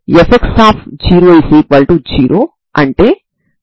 కాబట్టి n విలువ 123